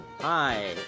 Hi